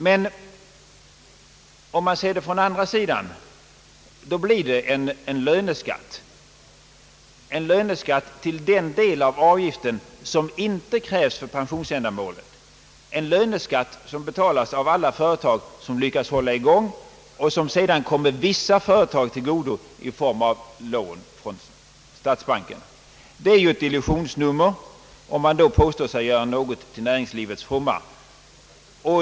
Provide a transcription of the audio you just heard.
Men om man ser det från andra sidan, blir det en löneskatt, nämligen för den del av avgiften som inte krävs för pensionsändamål, en löneskatt som betalas av alla företag som lyckas hålla i gång och som sedan kommer vissa företag till godo i form av lån från statsbanken. Det är ju ett illusionsnummer om man då påstår sig göra något till näringslivets fromma.